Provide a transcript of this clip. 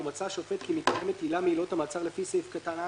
ומצא שופט כי מתקיימת עילה מעילות המעצר לפי סעיף קטן (א),